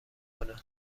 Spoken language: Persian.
کنه